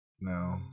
No